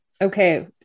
Okay